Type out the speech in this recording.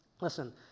Listen